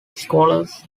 scholars